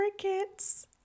Crickets